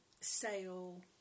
sale